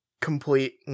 complete